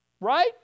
right